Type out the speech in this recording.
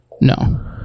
No